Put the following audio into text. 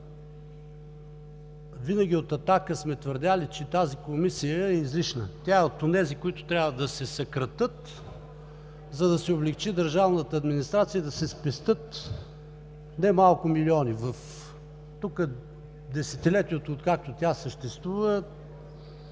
винаги сме твърдели, че тази Комисия е излишна. Тя е от онези, които трябва да се съкратят, за да се облекчи държавната администрация и да се спестят немалко милиони. В десетилетието, откакто тя съществува